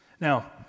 Now